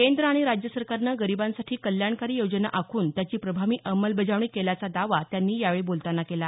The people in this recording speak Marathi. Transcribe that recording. केंद्र आणि राज्य सरकारनं गरीबांसाठी कल्याणकारी योजना आखून त्याची प्रभावी अंमलबजावणी केल्याचा दावा त्यांनी यावेळी बोलतांना केला